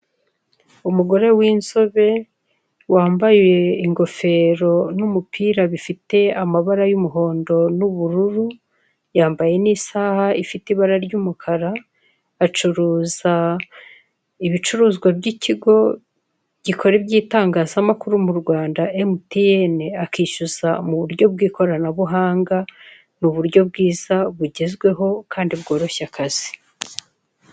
Umugore w'inzobe wambaye ingofero n'umupira bifite amabara y'umuhondo n'ubururu, yambaye n'isaha ifite ibara ry'umukara acuruza ibicuruzwa by'ikigo gikora iby'itangazamakuru mu Rwanda Emutiyene akishyuza mu buryo bw'ikoranabuhanga ni uburyo bwiza bugezweho kandi bworoshya akazi.